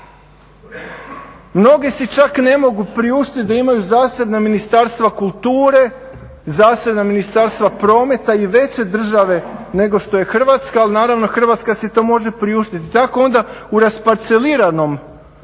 Mnoge si čak ne mogu priuštiti da imaju zasebna ministarstva kulture, zasebna ministarstva prometa i veće države nego što je Hrvatska, ali naravno Hrvatska si to može priuštiti. Tako onda u rasparceliranom